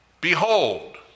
Behold